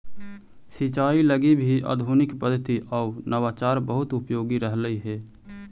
सिंचाई लगी भी आधुनिक पद्धति आउ नवाचार बहुत उपयोगी रहलई हे